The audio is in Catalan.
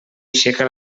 aixeca